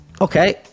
Okay